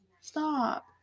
Stop